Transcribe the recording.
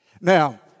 Now